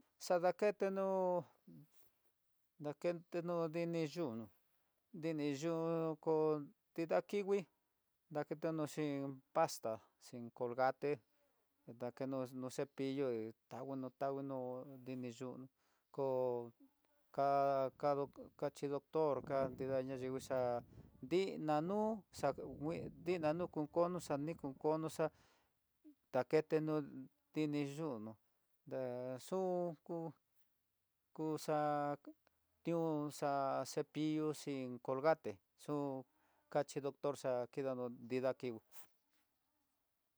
Xadaketeno, ndaketeno diniyuno, diniyu nrida kingui daketeno xhin, pasta xhin colgate naketeno no cepillo, tanguino, tanguino, ini yu ka kado ka xhi doctor ká tinda nayinguixa'á dii nanu xangui dinanu kunkono xanikukono xa daketenó tiniyunó ndaxu yu kuxa'a nuxa cepillo xhin colgate xu kachí doctor xa'á kidano nida kii ngui.